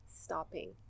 stopping